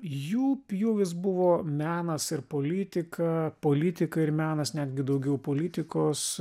jų pjūvis buvo menas ir politika politika ir menas netgi daugiau politikos